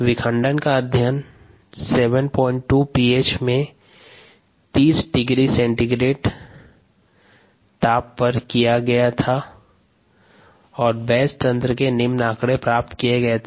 विखंडन का अध्ययन 72 पीएच में 30 डिग्री सेल्सियस पर किया गया था और बैच तंत्र से निम्न आंकड़े प्राप्त किये गये थे